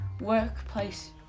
workplace